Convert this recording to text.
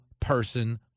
person